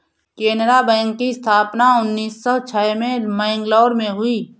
Canara bank की स्थापना उन्नीस सौ छह में मैंगलोर में हुई